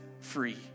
free